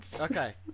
Okay